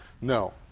No